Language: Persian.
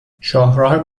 شاهراه